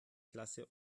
klasse